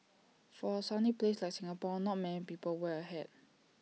for A sunny place like Singapore not many people wear A hat